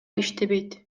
иштебейт